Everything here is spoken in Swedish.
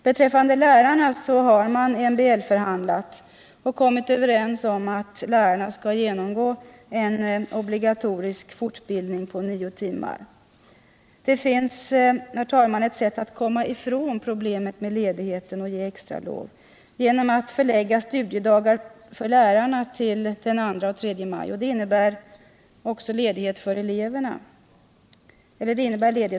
Beträffande lärarna har man MBL-förhandlat och kommit överens om att lärarna skall genomgå en obligatorisk fortbildning på nio timmar. Det finns, herr talman, ett sätt att komma ifrån problemet med ledigheten och ge extra lov genom att förlägga studiedagar för lärarna till den 2 och 3 maj. Det innebär ledighet för eleverna.